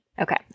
Okay